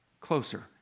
closer